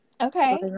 Okay